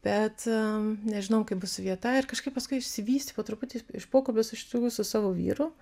bet nežinojau kaip bus su vieta ir kažkaip paskui išsivystė po truputį iš pokalbio iš tikrųjų su savo vyru